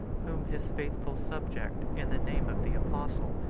whom his faithful subject, in the name of the apostle,